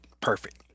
perfect